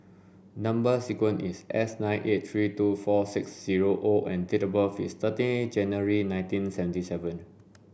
number sequence is S nine eight three two four six zero O and date of birth is thirty January nineteen seventy seven